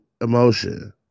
emotion